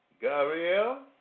Gabriel